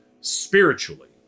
spiritually